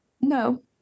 No